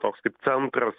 toks kaip centras